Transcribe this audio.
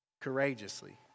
courageously